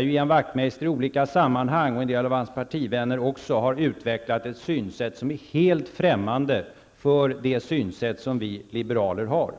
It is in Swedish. Ian Wachtmeister, och en del av hans partivänner, har i olika sammanhang utvecklat ett synsätt som är helt främmande för det synsätt som vi liberaler har.